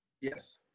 Yes